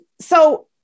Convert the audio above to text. So-